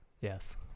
yes